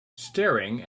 staring